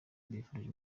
mbifurije